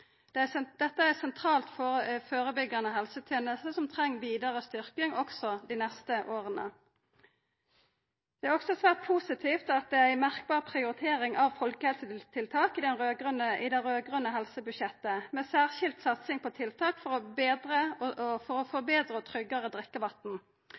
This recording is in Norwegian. Dette er ei sentral førebyggjande helseteneste, som treng vidare styrking også dei neste åra. Det er også svært positivt at det er ei merkbar prioritering av folkehelsetiltak i det raud-grøne helsebudsjettet, med ei særskild satsing på tiltak for å få betre og tryggare drikkevatn. Barnevaksinasjonsprogrammet skal frå og